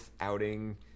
outing